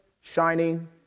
shining